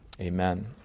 Amen